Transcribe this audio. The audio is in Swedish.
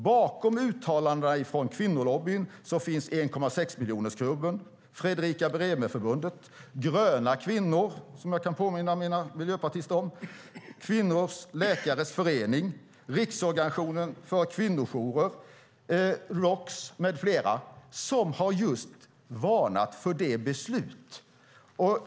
Bakom uttalandena från Kvinnolobbyn finns 1,6 miljonersklubben, Fredrika-Bremer-Förbundet, Gröna kvinnor - som jag kan påminna mina miljöpartistiska kolleger om - Kvinnliga Läkares Förening, Riksorganisationen för kvinnojourer och tjejjourer i Sverige, Roks, med flera. De har just varnat för detta beslut.